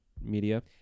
media